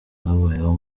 babayeho